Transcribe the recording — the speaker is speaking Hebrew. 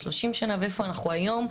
30 שנה ואיפה אנחנו היום,